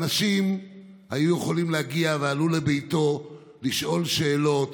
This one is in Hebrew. אנשים היו יכולים להגיע, ועלו לביתו לשאול שאלות,